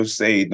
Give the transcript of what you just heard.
say